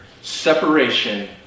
separation